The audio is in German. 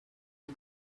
die